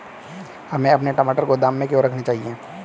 हमें अपने टमाटर गोदाम में क्यों रखने चाहिए?